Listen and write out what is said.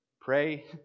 pray